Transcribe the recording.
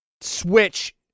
Switch